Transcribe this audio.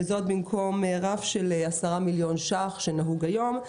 וזאת במקום רף של 10 מיליוני שקלים כפי שנהוג היום.